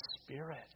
spirit